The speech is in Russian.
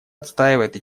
отстаивать